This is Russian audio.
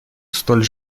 столь